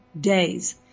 days